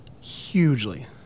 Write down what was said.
Hugely